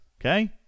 Okay